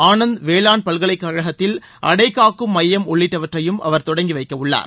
ஆனந்த் வேளாண் பல்கலைக்கழகத்தில் அடைகாக்கும் மையம் உள்ளிட்டவற்றையும் அவர் தொடங்கி வைக்கவுள்ளார்